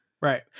Right